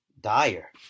dire